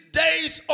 days